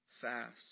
fast